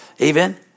Amen